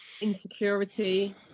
insecurity